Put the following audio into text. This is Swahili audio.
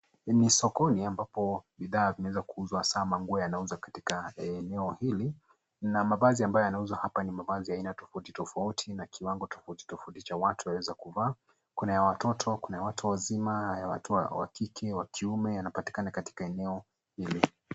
Ni sokoni ambapo bidhaa zinaweza kuzwa hasa manguo yanauzwa katika eneo hili na mavazi ambayo yanauzwa hapa ni mavazi ya aina tofauti tofauti na kiwango tofauti tofauti cha watu waweze kuvaa. Kuna ya watoto, kuna ya watu wazima, ya watu wa kike, wa kiume yanapatikana katika eneo hili.